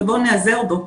ובואו ניעזר בו.